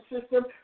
system